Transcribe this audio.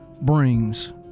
brings